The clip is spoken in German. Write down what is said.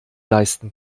leisten